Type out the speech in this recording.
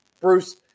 Bruce